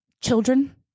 children